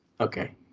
Okay